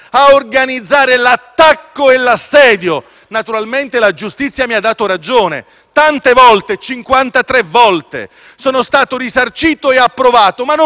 l'attacco e l'assedio. Naturalmente la giustizia mi ha dato ragione, e tante volte: 53 volte sono stato risarcito e approvato, ma non voglio personalizzare.